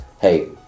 hey